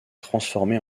transformés